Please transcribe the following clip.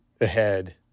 ahead